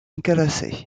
classe